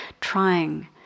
trying